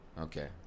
Okay